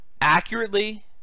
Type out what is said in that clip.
accurately